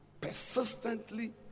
persistently